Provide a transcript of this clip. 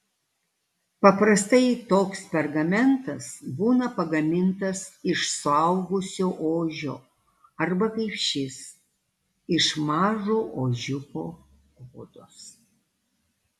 paprastai toks pergamentas būna pagamintas iš suaugusio ožio arba kaip šis iš mažo ožiuko odos